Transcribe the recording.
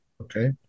okay